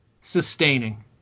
sustaining